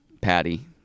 Patty